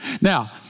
Now